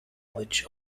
which